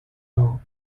all